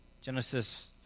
Genesis